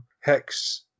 hex